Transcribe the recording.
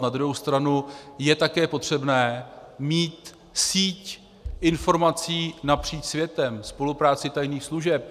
Na druhou stranu je také potřebné mít síť informací napříč světem, spolupráci tajných služeb.